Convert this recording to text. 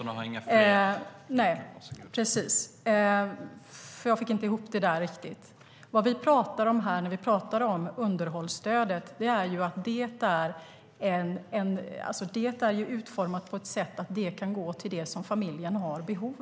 )När vi talar om underhållsstödet är det utformat på ett sådant sätt att det kan gå till det familjen har behov av.